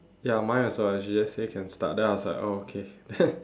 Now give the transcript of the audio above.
ya mine also ah she just say can start then I was like oh okay